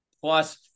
plus